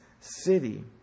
city